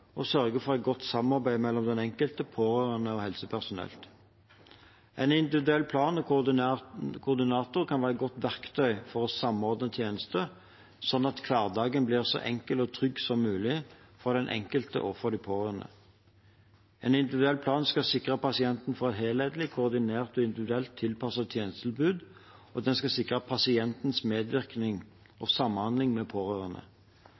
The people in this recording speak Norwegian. sørge for et godt samarbeid mellom den enkelte, pårørende og helsepersonell. En individuell plan og koordinator kan være et godt verktøy for å samordne tjenestene, slik at hverdagen blir så enkel og trygg som mulig for den enkelte og for de pårørende. Individuell plan skal sikre at pasienten får et helhetlig, koordinert og individuelt tilpasset tjenestetilbud, og den skal sikre pasientens medvirkning og samhandling med pårørende.